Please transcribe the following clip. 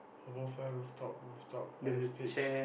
HabourFront rooftop rooftop at the stage